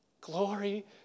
Glory